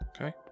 Okay